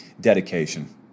Dedication